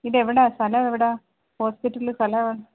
ഇതെവിടാ സ്ഥലൊ എവിടാ ഹോസ്പിറ്റല് സ്ഥലോ